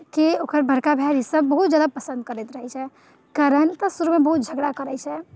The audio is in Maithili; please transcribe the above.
के ओकर बड़का भाय ऋषभ बहुत ज्यादा पसन्द करैत रहै छै करण तऽ शुरूमे बहुत झगड़ा करैत छै